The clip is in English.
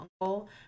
uncle